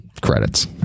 credits